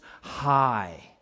High